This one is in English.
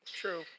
True